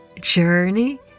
Journey